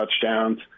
touchdowns